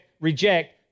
reject